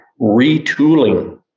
retooling